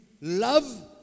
love